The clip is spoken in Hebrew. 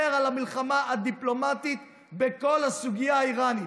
על המלחמה הדיפלומטית בכל הסוגיה האיראנית.